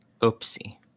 oopsie